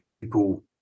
people